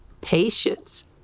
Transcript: patience